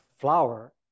flower